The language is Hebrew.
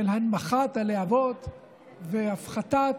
של הנמכת הלהבות והפחתת